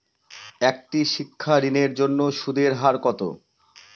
একটি শিক্ষা ঋণের জন্য সুদের হার কত?